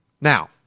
Now